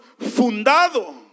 fundado